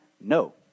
No